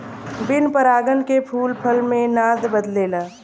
बिन परागन के फूल फल मे ना बदलेला